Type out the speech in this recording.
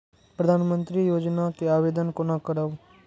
प्रधानमंत्री योजना के आवेदन कोना करब?